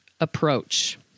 Approach